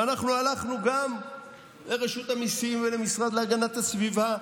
ואנחנו הלכנו גם לרשות המיסים ולמשרד להגנת הסביבה,